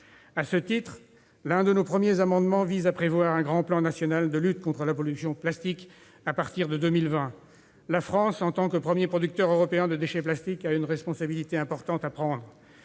À ce titre, l'un de nos premiers amendements vise à prévoir un grand plan national de lutte contre la pollution plastique à partir de 2020. La France, en tant que premier producteur européen de déchets plastiques, a une responsabilité importante. Au regard